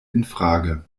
infrage